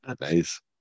nice